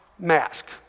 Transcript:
Mask